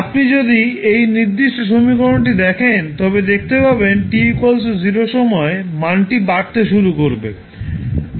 আপনি যদি এই নির্দিষ্ট সমীকরণটি দেখেন তবে দেখতে পাবেন t 0 সময়ে মানটি বাড়তে শুরু করবে